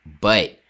but-